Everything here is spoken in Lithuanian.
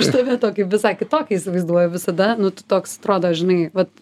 aš tave tokį visai kitokį įsivaizduoju visada nu tu toks atrodo žinai vat